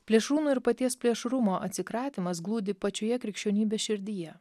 plėšrūnų ir paties plėšrumo atsikratymas glūdi pačioje krikščionybės širdyje